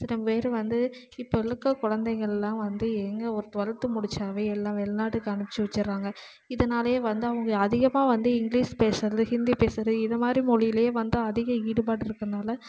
சில பேர் வந்து இப்போ இருக்க குழந்தைகள்லாம் வந்து ஏங்க ஒரு டுவெல்த்து முடித்தாவே எல்லாம் வெளிநாட்டுக்கு அனுப்பிச்சி வெச்சிடறாங்க இதனாலேயே வந்து அவங்க அதிகமாக வந்து இங்கிலீஷ் பேசுகிறது ஹிந்தி பேசுகிறது இதை மாதிரி மொழியிலேயே வந்து அதிக ஈடுபாடு இருக்கனால்